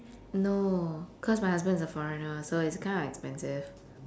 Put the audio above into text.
no cause my husband's a foreigner so it's kind of expensive